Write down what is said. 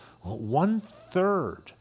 one-third